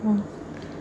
oo